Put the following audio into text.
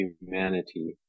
humanity